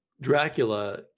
Dracula